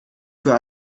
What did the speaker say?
für